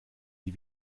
die